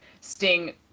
Sting